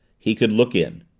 he could look in.